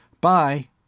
Bye